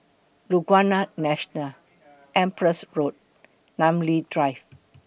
Laguna National Empress Road Namly Drive